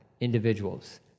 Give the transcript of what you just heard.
individuals